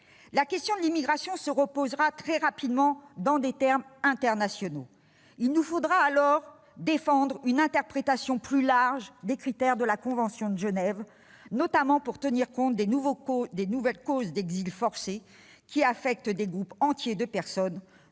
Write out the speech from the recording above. la question de l'immigration se posera de nouveau très rapidement, et dans des termes internationaux. Il nous faudra alors défendre une interprétation plus large des critères de la convention de Genève, notamment pour tenir compte des nouvelles causes d'exil forcé, qui affectent des groupes entiers de personnes,